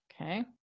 Okay